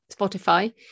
spotify